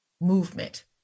movement